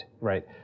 right